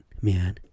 Man